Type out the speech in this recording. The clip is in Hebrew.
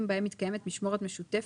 אלה אנשים שמרוויחים מעט ומשלמים מס הכנסה